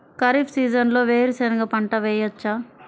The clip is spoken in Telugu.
ఖరీఫ్ సీజన్లో వేరు శెనగ పంట వేయచ్చా?